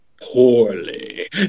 poorly